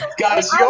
Guys